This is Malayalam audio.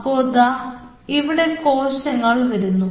അപ്പൊ ദാ ഇവിടെ കോശങ്ങൾ വരുന്നു